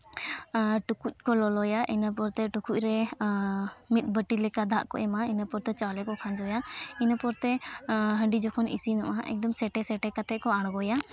ᱴᱩᱠᱩᱡ ᱠᱚ ᱞᱚᱞᱚᱭᱟ ᱤᱱᱟᱹ ᱯᱚᱨᱮᱛᱮ ᱴᱩᱠᱩᱡ ᱨᱮ ᱢᱤᱫ ᱵᱟᱹᱴᱤ ᱞᱮᱠᱟ ᱫᱟᱜ ᱠᱚ ᱮᱢᱟ ᱤᱱᱟᱹ ᱯᱚᱨᱮᱛᱮ ᱪᱟᱣᱞᱮ ᱠᱚ ᱠᱷᱟᱸᱡᱚᱭᱟ ᱤᱱᱟᱹ ᱯᱚᱨᱮᱛᱮ ᱦᱟᱺᱰᱤ ᱡᱚᱠᱷᱚᱱ ᱤᱥᱤᱱᱚᱜᱼᱟ ᱮᱠᱫᱚᱢ ᱥᱮᱴᱮ ᱥᱮᱴᱮ ᱠᱟᱛᱮᱫ ᱠᱚ ᱟᱬᱜᱚᱭᱟ